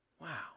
Wow